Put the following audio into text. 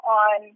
on